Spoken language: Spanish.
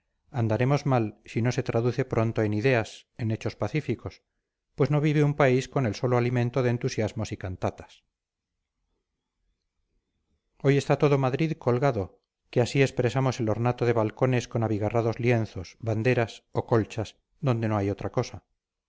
andaremos mal si no se traduce pronto en ideas en hechos pacíficos pues no vive un país con el solo alimento de entusiasmos y cantatas hoy está todo madrid colgado que así expresamos el ornato de balcones con abigarrados lienzos banderas o colchas donde no hay otra cosa